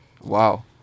Wow